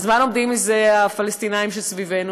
אז מה לומדים מזה הפלסטינים שסביבנו?